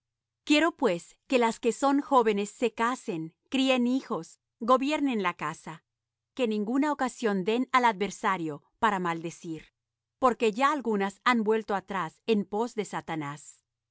quiero pues que las que son jóvenes se casen críen hijos gobiernen la casa que ninguna ocasión den al adversario para maldecir porque ya algunas han vuelto atrás en pos de satanás